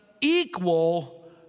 equal